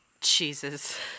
Jesus